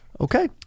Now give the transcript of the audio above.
Okay